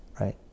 right